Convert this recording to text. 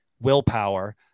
willpower